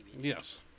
Yes